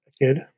A-Kid